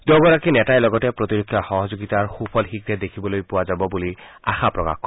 দুয়োগৰাকী নেতাই লগতে প্ৰতিৰক্ষা সহযোগিতাৰ সুফল শীঘ্ৰে দেখিবলৈ পোৱা যাব বুলি আশা প্ৰকাশ কৰে